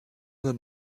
oder